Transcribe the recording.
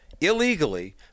illegally